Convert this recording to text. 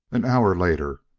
an hour later,